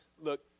look